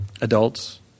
adults